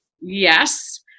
Yes